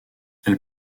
elles